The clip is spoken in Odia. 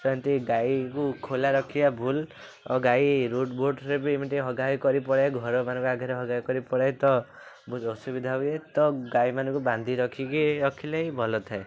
ସେମିତି ଗାଈକୁ ଖୋଲା ରଖିବା ଭୁଲ୍ ଓ ଗାଈ ରୋଡ଼୍ ବୋଡ଼୍ରେ ବି ଏମିତି ହଗା ହଗି କରିକି ପଳାଏ ଘରମାନଙ୍କ ଆଗରେ ହଗା ହଗି କରି ପଳାଏ ତ ବହୁତ ଅସୁବିଧା ହୁଏ ତ ଗାଈମାନଙ୍କୁ ବାନ୍ଧି ରଖିକି ରଖିଲେ ହିଁ ଭଲ ଥାଏ